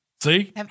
See